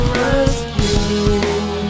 rescue